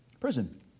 Prison